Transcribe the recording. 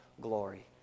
...glory